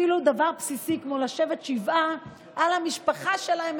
אפילו דבר בסיסי כמו לשבת שבעה על המשפחה שלהם,